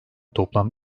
toplam